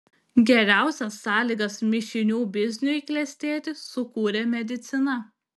geriausias sąlygas mišinių bizniui klestėti sukūrė medicina